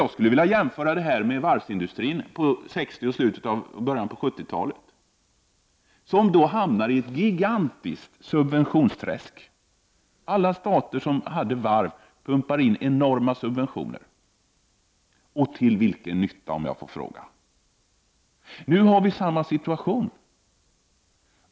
Jag skulle vilja dra en parallell med varvsindustrin under slutet av 60-talet och början av 70-talet. Varvsindustrin hamnade då i ett gigantiskt subventionsträsk. Alla stater som hade varvsindustri pumpade in enorma subventioner, men man kan fråga sig till vilken nytta. Nu befinner vi oss i samma situation.